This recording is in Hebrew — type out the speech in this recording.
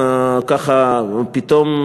ככה פתאום,